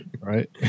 right